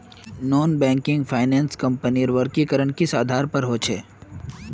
Non banking finance कंपनीर वर्गीकरण किस आधार पर होचे?